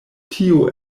tio